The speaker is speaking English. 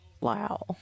Wow